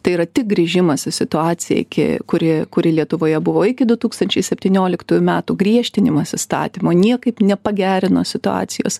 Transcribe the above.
tai yra tik grįžimas į situaciją iki kuri kuri lietuvoje buvo iki du tūkstančiai septynioliktų metų griežtinimas įstatymo niekaip nepagerino situacijos